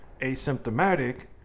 asymptomatic